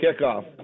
kickoff